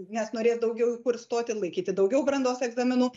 nes norės daugiau į kur stoti laikyti daugiau brandos egzaminų